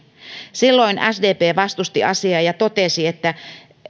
silloin sdp vastusti asiaa ja totesi että